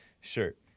shirt